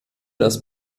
das